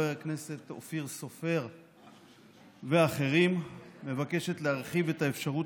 הכנסת אופיר סופר ואחרים מבקשת להרחיב את האפשרות